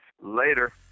later